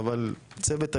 אבל צוות היועצים,